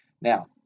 Now